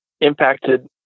impacted